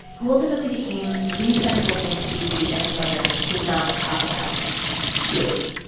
who ultimately became the central thing cc and his mother did not talk about yes,